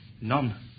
none